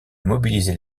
mobiliser